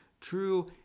true